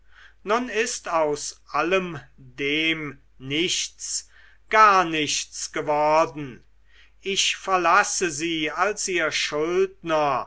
nun ist aus allem dem nichts gar nichts geworden ich verlasse sie als ihr schuldner